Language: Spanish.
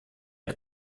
sus